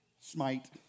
Smite